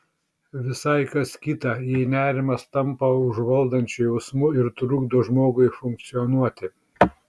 visai kas kita jei nerimas tampa užvaldančiu jausmu ir trukdo žmogui funkcionuoti